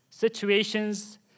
Situations